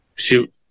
shoot